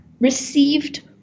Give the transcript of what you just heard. received